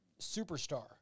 superstar